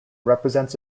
represents